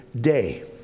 day